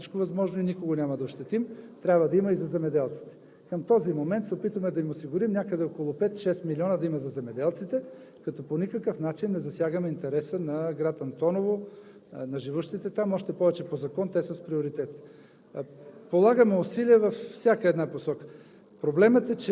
толкова милиони вода – не е редно. Трябва да има за питейно-битово. Ще направим всичко възможно и никого няма да ощетим. Трябва да има и за земеделците. Към този момент се опитваме да им осигурим – някъде около 5 – 6 милиона да има за земеделците, като по никакъв начин не засягаме интереса на град Антоново, на живущите там, още повече по закон те са с приоритет.